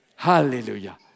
Hallelujah